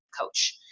coach